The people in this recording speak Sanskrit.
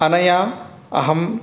अनया अहं